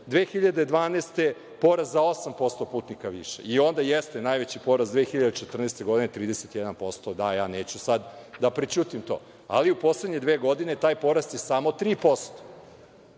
2012. porast za 8% putnika više, i onda jeste, najveći porast 2014. godine 31%. Da, ja neću sada da prećutim to. Ali, u poslednje dve godine, taj porast je samo 3%.